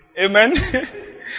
Amen